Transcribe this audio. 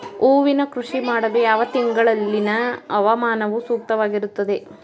ಹೂವಿನ ಕೃಷಿ ಮಾಡಲು ಯಾವ ತಿಂಗಳಿನ ಹವಾಮಾನವು ಸೂಕ್ತವಾಗಿರುತ್ತದೆ?